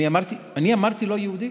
אני אמרתי "לא יהודי"?